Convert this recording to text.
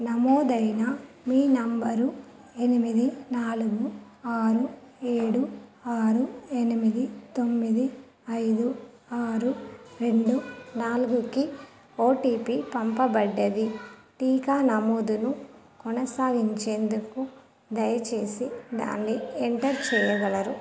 నమోదైన మీ నంబరు ఎనిమిది నాలుగు ఆరు ఏడు ఆరు ఎనిమిది తొమ్మిది ఐదు ఆరు రెండు నాలుగుకి ఓటీపీ పంపబడింది టీకా నమోదును కొనసాగించేందుకు దయచేసి దాన్ని ఎంటర్ చేయగలరు